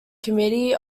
committee